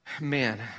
Man